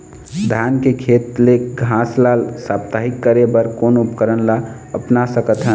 धान के खेत ले घास ला साप्ताहिक करे बर कोन उपकरण ला अपना सकथन?